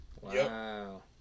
Wow